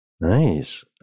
Nice